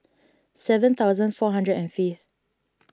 seven thousand four hundred and fifth